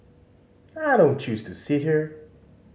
I don't choose to sit here